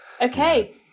Okay